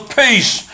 peace